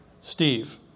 Steve